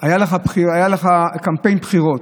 היה לך קמפיין בחירות: